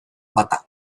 bata